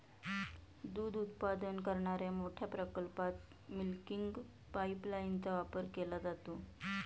दूध उत्पादन करणाऱ्या मोठ्या प्रकल्पात मिल्किंग पाइपलाइनचा वापर केला जातो